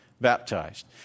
baptized